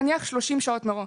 נניח 30 שעות מראש,